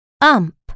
ump